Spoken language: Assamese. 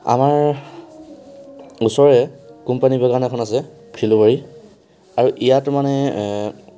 আমাৰ ওচৰৰে কোম্পানী বাগান এখন আছে ফিল'বাৰী আৰু ইয়াত মানে